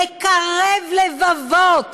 לקרב לבבות.